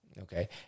Okay